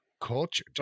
culture